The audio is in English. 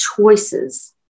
choices